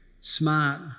smart